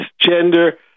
gender